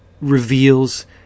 reveals